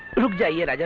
roopnagar yeah like